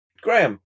Graham